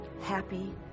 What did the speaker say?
happy